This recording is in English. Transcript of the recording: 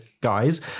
guys